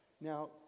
Now